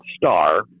Star